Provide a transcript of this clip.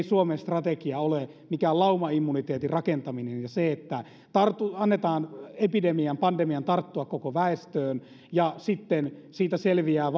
suomen strategia ole mikään laumaimmuniteetin rakentaminen ja se että annetaan epidemian pandemian tarttua koko väestöön ja sitten siitä selviävät